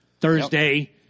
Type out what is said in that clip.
Thursday